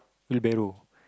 wheel barrel